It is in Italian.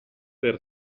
per